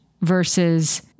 versus